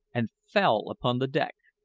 and fell upon the deck.